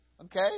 okay